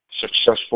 Successful